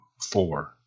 four